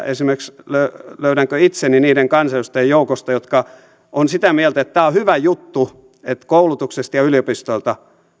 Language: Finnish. esimerkiksi itseni niiden kansanedustajien joukosta jotka ovat sitä mieltä että tämä on hyvä juttu että koulutuksesta ja yliopistolta